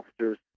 officers